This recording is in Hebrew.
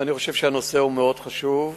אבל אני חושב שהנושא חשוב מאוד,